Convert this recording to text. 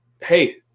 Hey